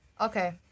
Okay